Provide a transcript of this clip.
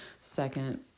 Second